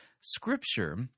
Scripture